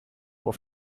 auf